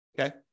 Okay